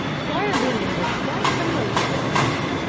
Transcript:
squire boone was quite familiar with the path.